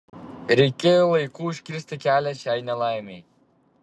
reikėjo laiku užkirsti kelią šiai nelaimei